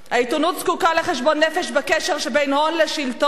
העיתונות זקוקה לחשבון נפש בקשר שבין הון לשלטון